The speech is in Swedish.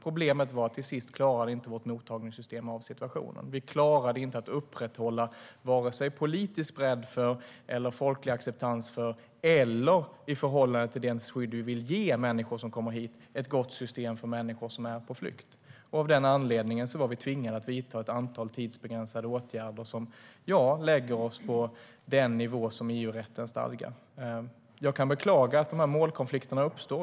Problemet var att till sist klarade vårt mottagningssystem inte av situationen. Vi klarade inte av att upprätthålla vare sig politisk bredd eller folklig acceptans i förhållande till det skydd som vi vill ge människor som kommer hit, genom ett gott system för människor på flykt. Av den anledningen tvingades vi vidta ett antal tidsbegränsade åtgärder som lägger oss på den nivå som EU-rätten stadgar. Jag kan beklaga att målkonflikter uppstår.